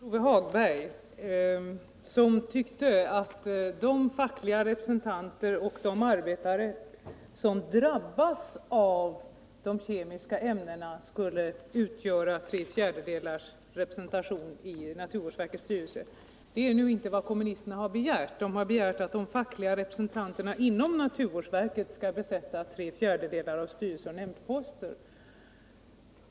Herr talman! Först ett par ord till Lars-Ove Hagberg, som tyckte att representanter för dem som drabbas av de kemiska ämnena skall utgöra tre fjärdedelar av representationen i naturvårdsverkets styrelse. Det är nu inte vad kommunisterna har begärt i sin motion. Där begärs att de fackliga representanterna inom naturvårdsverket skall besätta tre fjärdedelar av styrelseoch nämndposterna.